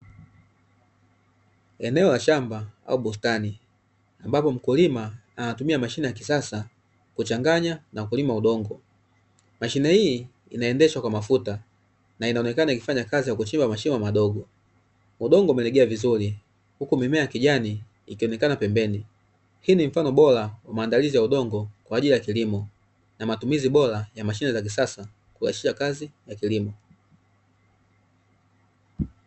Eneo la shamba au bustani ambapo mkulima anatumia mashine ya kisasa kuchanganya na kulima udongo, mashine hii inaendeshwa kwa mafuta na inaonekana ikifanya kazi ya kuchimba mashimo madogo, udongo umelegea vizuri huku mimea ya kijani ikionekana pembeni. Hii ni mfano bora wa maandalizi ya udongo kwa ajili ya kilimo na matumizi bora ya mashine za kisasa kuwashia kazi ya kilimo.